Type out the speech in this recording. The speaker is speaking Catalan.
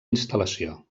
instal·lació